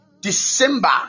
December